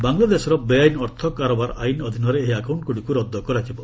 ବାଂଲାଦେଶର ବେଆଇନ୍ ଅର୍ଥ କାରବାର ଆଇନ୍ ଅଧୀନରେ ଏହି ଆକାଉଣ୍ଟଗୁଡ଼ିକୁ ରବ୍ଦ କରାଯିବ